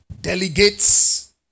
delegates